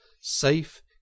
safe